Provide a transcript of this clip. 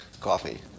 coffee